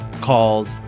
called